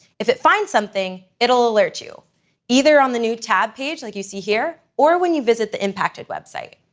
if it finds something, it'll alert you either on the new tab page like you see here, or when you visit the impacted website.